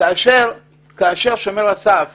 כאשר שומר הסף